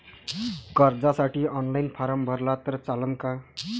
कर्जसाठी online form भरला तर चालन का?